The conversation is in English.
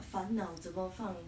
烦恼怎么放